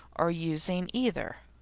or using either.